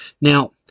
Now